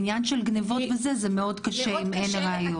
בעניין של גניבות וזה, זה מאוד קשה אם ראיות.